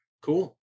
Cool